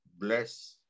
Bless